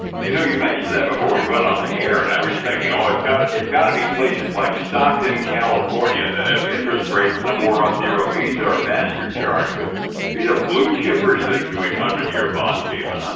you know, you mentioned that before we went on the air and i was thinking, oh it's got ah it's got to be places like stockton, california, that have interest rates somewhere up near a visa or master charge, but these are blue chippers that are doing hundred-year bonds even, huh?